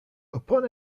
upon